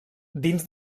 dins